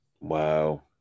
Wow